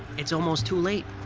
it's almost too late.